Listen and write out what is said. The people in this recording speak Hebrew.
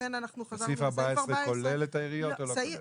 לכן אנחנו חזרנו לסעיף 14. סעיף 14 כולל את העיריות או לא כולל?